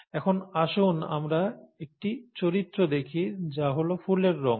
এখন আসুন আমরা একটি চরিত্র দেখি যা হল ফুলের রঙ